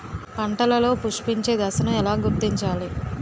పంటలలో పుష్పించే దశను ఎలా గుర్తించాలి?